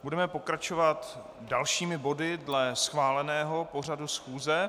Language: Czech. Budeme pokračovat dalšími body dle schváleného pořadu schůze.